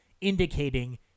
indicating